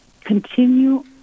continue